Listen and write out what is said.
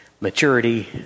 maturity